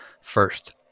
First